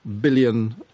billion